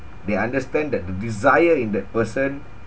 they understand that the desire in that person